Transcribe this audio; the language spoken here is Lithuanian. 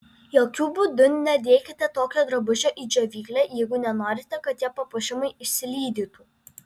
jokiu būdu nedėkite tokio drabužio į džiovyklę jeigu nenorite kad tie papuošimai išsilydytų